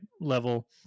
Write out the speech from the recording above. level